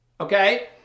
Okay